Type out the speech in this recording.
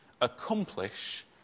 accomplish